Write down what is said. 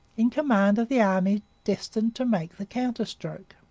in command of the army destined to make the counterstroke.